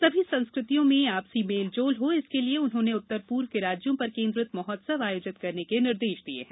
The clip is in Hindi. सभी संस्कृतियों में आपसी मेल जोल हो इसके लिए उन्होंने उत्तर पूर्व के राज्यों पर केन्द्रित महोत्सव आयोजित करने के निर्देश दिये हैं